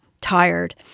tired